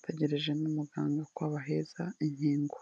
bategereje n'umuganga ko abahereza inkingo.